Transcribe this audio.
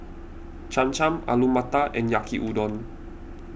Cham Cham Alu Matar and Yaki Udon